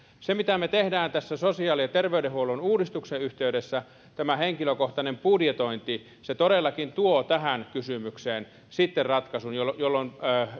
se mitä me teemme sosiaali ja terveydenhuollon uudistuksen yhteydessä tämä henkilökohtainen budjetointi todellakin tuo tähän kysymykseen sitten ratkaisun jolloin